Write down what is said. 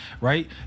right